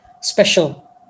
special